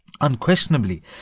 Unquestionably